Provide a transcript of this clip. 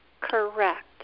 Correct